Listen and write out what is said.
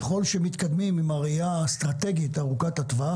ככל שמתקדמים עם הראייה האסטרטגית ארוכת הטווח